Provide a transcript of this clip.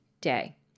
day